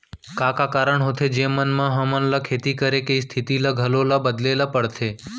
का का कारण होथे जेमन मा हमन ला खेती करे के स्तिथि ला घलो ला बदले ला पड़थे?